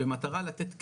במטרה לתת כלים,